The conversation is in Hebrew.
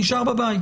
הוא נשאר בבית.